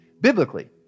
biblically